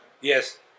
yes